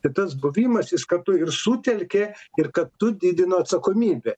tai tas buvimas jis kartu ir sutelkė ir kartu didino atsakomybę